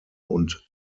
und